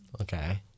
Okay